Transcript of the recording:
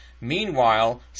Meanwhile